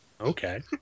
Okay